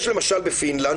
יש בפינלנד למשל,